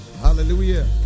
Hallelujah